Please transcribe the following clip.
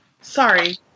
Sorry